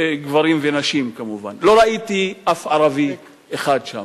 גברים ונשים כמובן, לא ראיתי אף ערבי שם.